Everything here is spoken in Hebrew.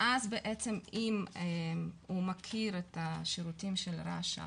ואז בעצם אם הוא מכיר את השירותים של רש"א